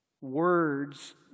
Words